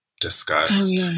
discussed